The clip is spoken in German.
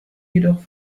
jedoch